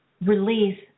release